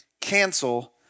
Cancel